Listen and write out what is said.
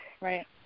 right